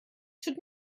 sut